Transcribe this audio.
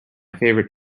favorite